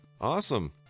awesome